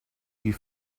you